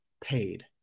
paid